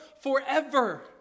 forever